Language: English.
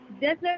desert